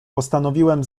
postanowiłem